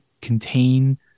contain